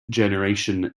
generation